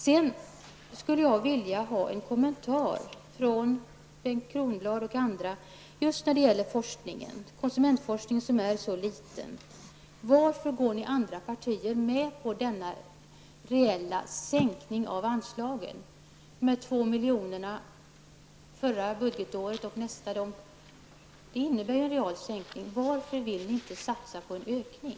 Jag skulle vilja ha en kommentar från Bengt Kronblad och andra om varför konsumentforskningen har en sådan liten omfattning. Varför går ni andra partier med på den reella sänkningen av anslagen? 2 milj.kr. för förra budgetåret och nästa innebär en real sänkning. Varför vill ni inte satsa på en ökning?